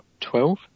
twelve